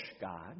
God